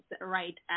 right